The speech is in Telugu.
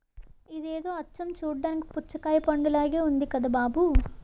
ఇదేదో అచ్చం చూడ్డానికి పుచ్చకాయ పండులాగే ఉంది కదా బాబూ